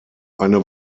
eine